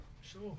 Sure